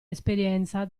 esperienza